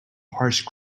harsh